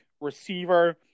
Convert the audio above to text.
receiver